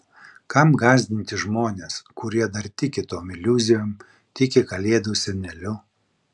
kam gąsdinti žmones kurie dar tiki tom iliuzijom tiki kalėdų seneliu